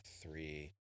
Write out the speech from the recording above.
three